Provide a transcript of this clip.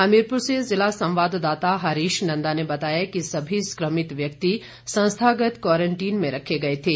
हमीरपुर से जिला संवाददाता हरीश नंदा ने बताया कि सभी संक्रमित व्यक्ति संस्थागत क्वारंटीन में रखें गए थे